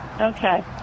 Okay